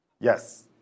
Yes